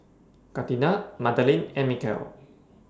Catina Madalyn and Mikel